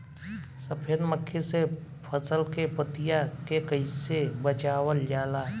सफेद मक्खी से फसल के पतिया के कइसे बचावल जाला?